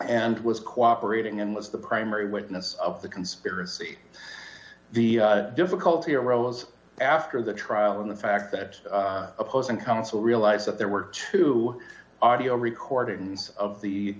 and was cooperating and was the primary witness of the conspiracy the difficulty arose after the trial and the fact that the opposing counsel realized that there were two audio recordings of the